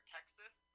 Texas